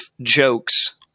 jokes